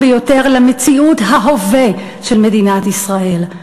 ביותר למציאות ההווה של מדינת ישראל.